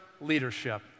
leadership